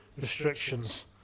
restrictions